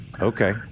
Okay